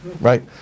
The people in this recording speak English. Right